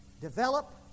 develop